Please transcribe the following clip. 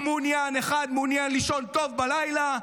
אחד מעוניין לישון טוב בלילה,